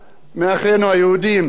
היה סכסוך בין צעירים,